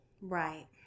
Right